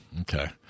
Okay